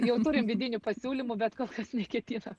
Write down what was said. jau turim vidinių pasiūlymų bet kol kas neketinam